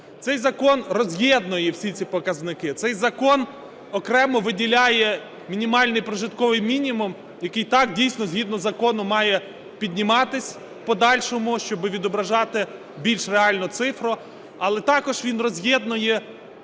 Цей закон роз'єднує всі ці показники. Цей закон окремо виділяє мінімальний прожитковий мінімум, який, так, дійсно, згідно закону має підніматися в подальшому, щоби відображати більш реальну цифру. Але також він роз'єднує